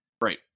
Right